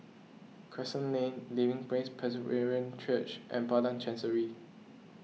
Crescent Lane Living Praise Presbyterian Church and Padang Chancery